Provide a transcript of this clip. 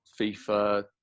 FIFA